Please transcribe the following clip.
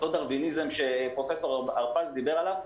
אותו דרוויניזם שפרופ' הרפז דיבר עליו,